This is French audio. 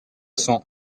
cents